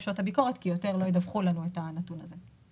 שעות הביקורת כי יותר לא ידווחו לנו את הנתון הזה.